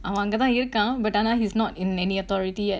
அவன் அங்கதா இருக்கான்:avan angathaa irukkaan he's not in any authority yet